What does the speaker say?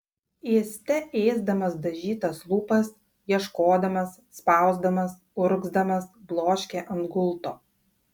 ėste ėsdamas dažytas lūpas ieškodamas spausdamas urgzdamas bloškė ant gulto